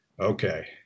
okay